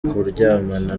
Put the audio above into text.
kuryamana